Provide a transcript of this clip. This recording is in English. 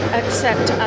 accept